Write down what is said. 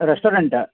restaurant